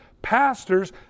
pastors